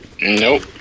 nope